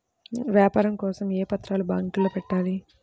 వ్యాపారం కోసం ఏ పత్రాలు బ్యాంక్లో పెట్టాలి?